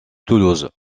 toulouse